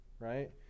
right